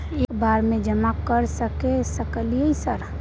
एक बार में जमा कर सके सकलियै सर?